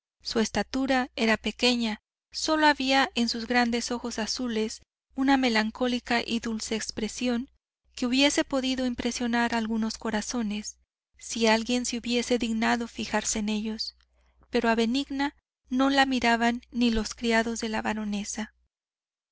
su estatura era pequeña solo había en sus grandes ojos azules una melancólica y dulce expresión que hubiese podido impresionar algunos corazones si alguien se hubiese dignado fijarse en ellos pero a benigna no la miraban ni los criados de la baronesa